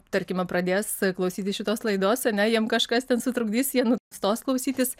tarkime pradės klausytis šitos laidos ar ne jiem kažkas ten sutrukdys jie nustos klausytis